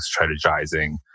strategizing